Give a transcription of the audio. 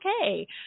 okay